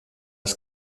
das